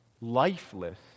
Lifeless